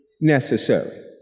necessary